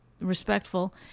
respectful